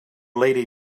lady